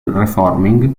reforming